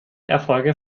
erfolge